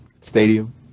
Stadium